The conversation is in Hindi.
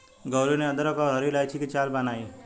गौरी ने अदरक और हरी इलायची की चाय बनाई